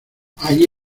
ahí